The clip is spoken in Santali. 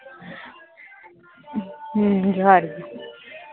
ᱦᱩᱸ ᱡᱚᱦᱟᱨ ᱜᱮ